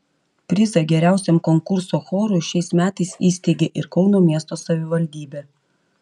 prizą geriausiam konkurso chorui šiais metais įsteigė ir kauno miesto savivaldybė